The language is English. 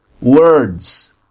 Words